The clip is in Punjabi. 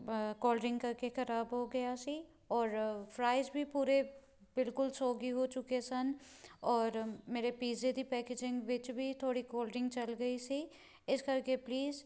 ਕੋਲ ਡਰਿੰਕ ਕਰਕੇ ਖਰਾਬ ਹੋ ਗਿਆ ਸੀ ਔਰ ਫਰਾਈਜ ਵੀ ਪੂਰੇ ਬਿਲਕੁਲ ਸੋਗੀ ਹੋ ਚੁੱਕੇ ਸਨ ਔਰ ਮੇਰੇ ਪੀਜੇ ਦੀ ਪੈਕਜਿੰਗ ਵਿੱਚ ਵੀ ਥੋੜ੍ਹੀ ਕੋਲ ਡਰਿੰਕ ਚੱਲ ਗਈ ਸੀ ਇਸ ਕਰਕੇ ਪਲੀਜ਼